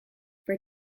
for